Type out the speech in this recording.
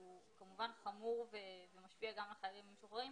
כמובן חמור ומשפיע גם על החיילים המשוחררים,